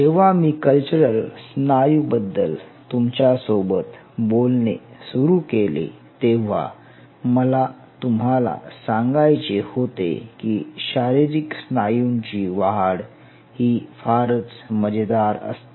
जेव्हा मी कल्चरल स्नायू बद्दल तुमच्या सोबत बोलणे सुरू केले तेव्हा मला तुम्हाला सांगायचे होते की शारीरिक स्नायूंची वाढ ही फार मजेदार असते